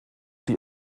die